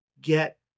get